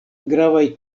gravaj